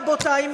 רבותי,